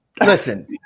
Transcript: listen